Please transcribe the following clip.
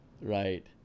Right